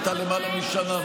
היא הייתה למעלה משנה.